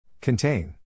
Contain